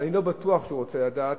ואני לא בטוח שהוא רוצה לדעת,